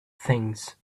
things